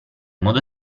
modo